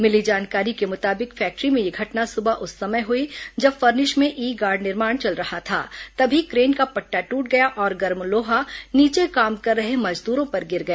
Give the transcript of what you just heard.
मिली जानकारी मुताबिक फैक्ट्री में यह घटना सुबह उस समय हुई जब फर्निश में ई गार्ड निर्माण चल रहा था तभी क्रेन का पट्टा टूट गया और गर्म लोहा नीचे काम कर रहे मजदूरों पर गिर गया